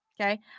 Okay